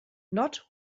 not